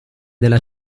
della